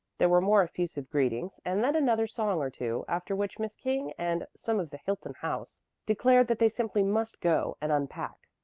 there were more effusive greetings, and then another song or two, after which miss king and some of the hilton house declared that they simply must go and unpack.